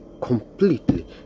completely